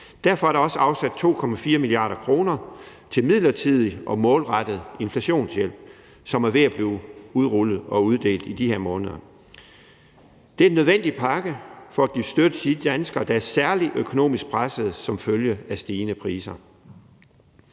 Derfor er der også afsat 2,4 mia. kr. til midlertidig og målrettet inflationshjælp, som er ved at blive udrullet og uddelt i de her måneder. Det er en nødvendig pakke for at give støtte til de danskere, der er særlig økonomisk presset som følge af stigende priser.